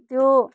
त्यो